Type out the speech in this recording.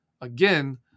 again